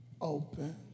open